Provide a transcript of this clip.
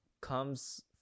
comes